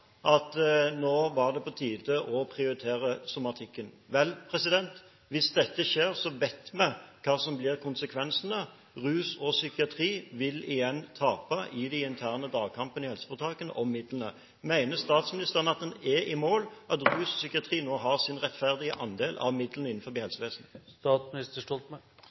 at nå var det på tide å prioritere somatikken. Vel, hvis dette skjer, vet vi hva som blir konsekvensene: Rus og psykiatri vil igjen tape i de interne dragkampene i helseforetakene om midlene. Mener statsministeren at en er i mål, at rus og psykiatri nå har sin rettferdige andel av midlene innenfor helsevesenet?